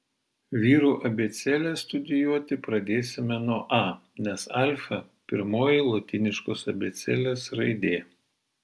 vyrų abėcėlę studijuoti pradėsime nuo a nes alfa pirmoji lotyniškos abėcėlės raidė